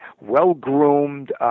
well-groomed